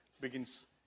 begins